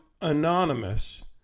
anonymous